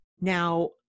now